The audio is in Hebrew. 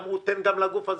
אמרו "תן גם לגוף הזה",